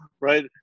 right